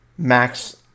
Max